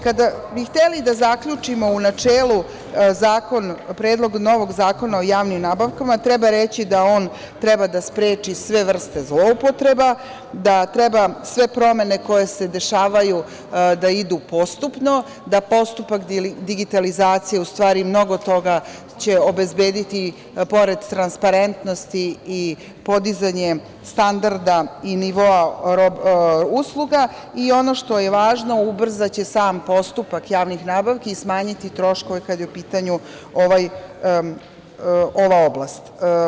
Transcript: Kada bi hteli da zaključimo u načelu Predlog novog zakona o javnim nabavkama, treba reći da on treba da spreči sve vrste zloupotreba, da treba sve promene koje se dešavaju da idu postupno, da postupak digitalizacije u stvari mnogo toga će obezbediti, pored transparentnosti i podizanje standarda i nivoa usluga i ono što je važno, ubrzaće sam postupak javnih nabavki i smanjiti troškove, kada je u pitanju ova oblast.